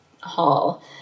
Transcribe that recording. hall